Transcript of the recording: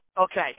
okay